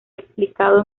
explicado